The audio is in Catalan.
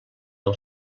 del